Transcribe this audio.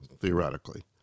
theoretically